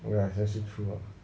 ya I say true lah